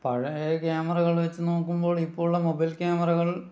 പഴയ ക്യാമറകളെ വച്ചു നോക്കുമ്പോൾ ഇപ്പോൾ ഉള്ള മൊബൈൽ ക്യാമറകൾ